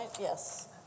Yes